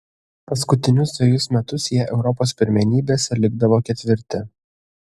paskutinius dvejus metus jie europos pirmenybėse likdavo ketvirti